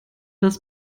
das